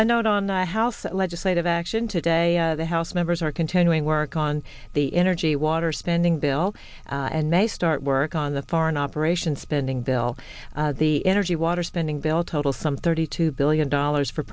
and not on the house that legislative action today the house members are continuing to work on the energy water spending bill and they start work on the foreign operations spending bill the energy water spending bill total some thirty two billion dollars for